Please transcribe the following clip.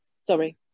Sorry